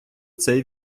цей